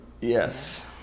Yes